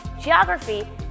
geography